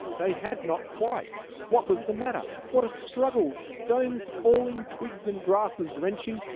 they had not quite what was the matter? what a struggle! stones falling, twigs and grasses wrenching,